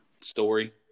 story